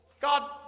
God